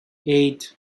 eight